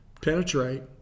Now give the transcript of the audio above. penetrate